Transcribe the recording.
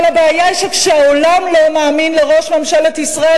אבל הבעיה היא שכשהעולם לא מאמין לראש ממשלת ישראל,